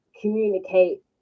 communicate